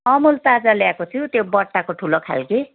अमुल ताजा ल्याएको छु त्यो बट्टाको ठुलो खाल्के